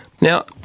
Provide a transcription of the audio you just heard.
Now